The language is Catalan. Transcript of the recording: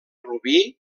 rubí